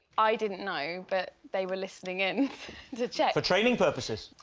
i didn't know, but they were listening in to check. for training purposes.